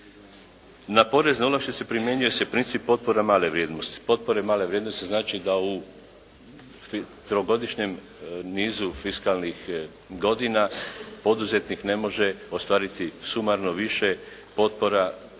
Na porezne olakšice primjenjuje se princip potpora male vrijednosti. Potpore male vrijednosti znači da u trogodišnjem nizu fiskalnih godina poduzetnik ne može ostvariti sumarno više potpora